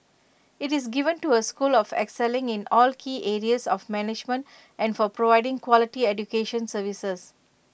IT is given to A school for excelling in all key areas of management and for providing quality education services